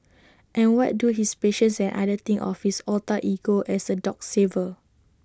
and what do his patients and others think of his alter ego as A dog saver